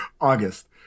August